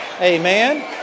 Amen